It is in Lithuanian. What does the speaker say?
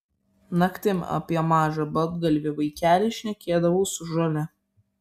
naktim apie mažą baltgalvį vaikelį šnekėdavau su žole